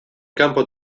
campo